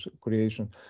creation